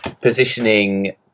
positioning